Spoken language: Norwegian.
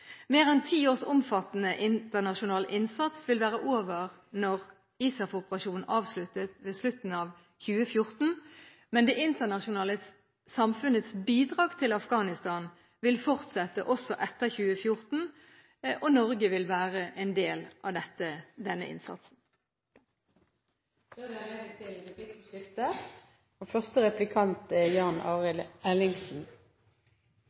Mer enn ti års omfattende internasjonal innsats vil være over når ISAF-operasjonen avsluttes ved slutten av 2014, men det internasjonale samfunnets bidrag til Afghanistan vil fortsette også etter 2014, og Norge vil være en del av denne innsatsen. Det blir replikkordskifte.